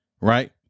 right